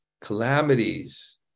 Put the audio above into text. Calamities